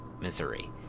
missouri